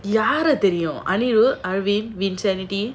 யார தெரியும்:yaara theriyum